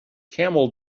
camel